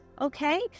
Okay